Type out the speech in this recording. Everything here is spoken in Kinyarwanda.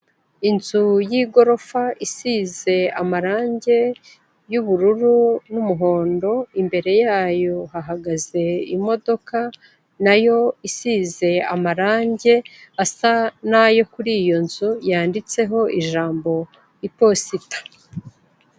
Inzu y'igorofa isize amarangi y'ubururu n'umuhondo, imbere yayo hahagaze imodoka nayo isize amarangi asa n'ayo kuri iyo nzu, yanditseho ijambo iposita.